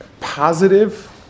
positive